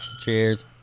Cheers